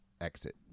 Exit